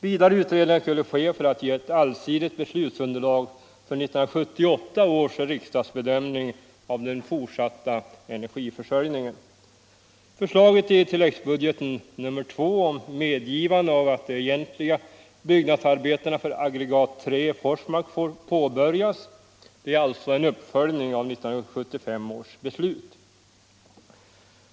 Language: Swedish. Vidare utredningar skulle ske för att ge ett allsidigt beslutsunderlag för 1978 års riksdagsbedömning av den fortsatta energiförsörjningen. - Förslaget i tilläggsbudgeten II om medgivande av att de egentliga byggnadsarbetena för aggregat III i Forsmark får påbörjas är alltså en uppföljning av 1975 års beslut.